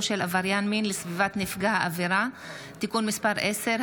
של עבריין מין לסביבת נפגע העבירה (תיקון מס' 10),